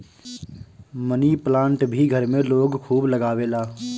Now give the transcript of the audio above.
मनी plant भी घर में लोग खूब लगावेला